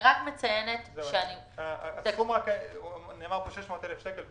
נאמר פה 600,000 שקלים.